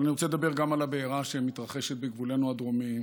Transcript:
אבל אני רוצה לדבר גם על הבעירה שמתרחשת בגבולנו הדרומי,